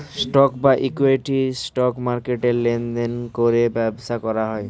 stock বা equity, stock মার্কেটে লেনদেন করে ব্যবসা করা হয়